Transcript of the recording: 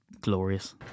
glorious